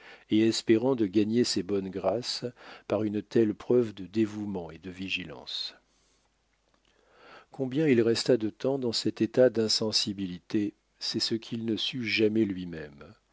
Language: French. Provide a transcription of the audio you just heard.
et espérant de gagner ses bonnes grâces par une telle preuve de dévouement et de vigilance combien il resta de temps dans cet état d'insensibilité c'est ce qu'il ne sut jamais lui-même